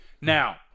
now